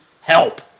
help